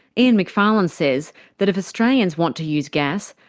ian macfarlane says that if australians want to use gas,